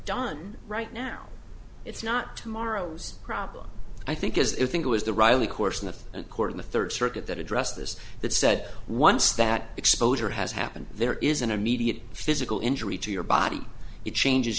done right now it's not tomorrow's problem i think is if it was the riley course in the court in the third circuit that addressed this that said once that exposure has happened there is an immediate physical injury to your body it changes